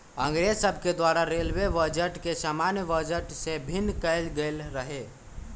अंग्रेज सभके द्वारा रेलवे बजट के सामान्य बजट से भिन्न कएल गेल रहै